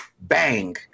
bang